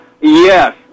Yes